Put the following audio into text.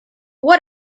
what